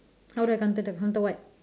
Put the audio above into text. how do I counter the counter what